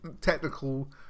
Technical